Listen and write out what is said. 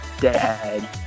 Dad